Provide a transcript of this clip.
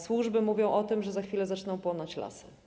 Służby mówią o tym, że chwilę zaczną płonąć lasy.